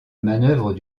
manœuvre